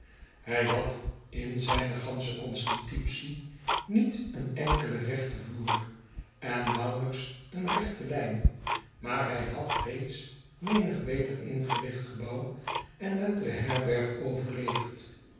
hij had in zijne gansche constitutie niet een enkelen rechten vloer en nauwelijks eene rechte lijn maar hij had reeds menig beter ingericht gebouw en nettere herberg overleefd